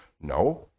No